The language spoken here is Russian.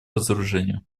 разоружению